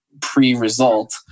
pre-result